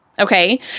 Okay